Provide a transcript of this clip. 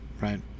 right